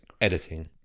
Editing